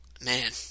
man